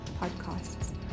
podcasts